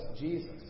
Jesus